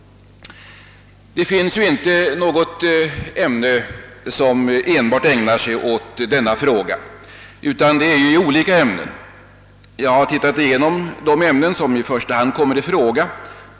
Det finns inte något ämne som enbart ägnas åt denna fråga; det tas upp inom flera olika ämnen. Jag har sett efter vilka som i första hand kommer i fråga.